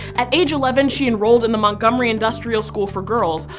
at age eleven she enrolled in the montgomery industrial school for girls,